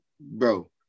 bro